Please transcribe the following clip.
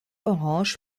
orange